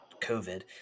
covid